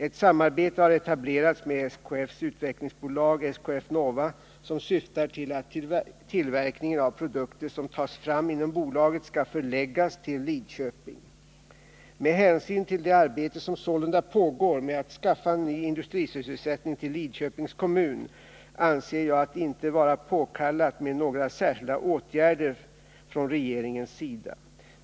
Ett samarbete har etablerats med 18 december 1979 SKF:s utvecklingsbolag SKF Nova som syftar till att tillverkningen av produkter som tas fram inom bolaget skall förläggas till Lidköping. Med hänsyn till det arbete som sålunda pågår med att skaffa ny industrisysselsättning till Lidköpings kommun anser jag det inte vara påkallat med några särskilda åtgärder från regeringens sida.